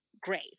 great